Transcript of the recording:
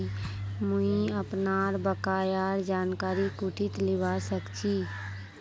मुई अपनार बकायार जानकारी कुंठित लिबा सखछी